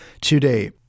today